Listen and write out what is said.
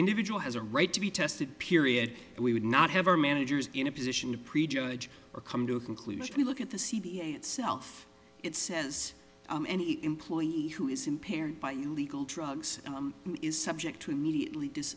individual has a right to be tested period and we would not have our managers in a position to prejudge or come to a conclusion look at the c d a itself it says and he employee who is impaired by illegal drugs is subject to immediately does